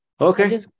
Okay